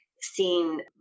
seen